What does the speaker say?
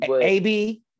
AB